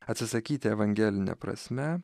atsisakyti evangeline prasme